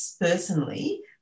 personally